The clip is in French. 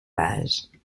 page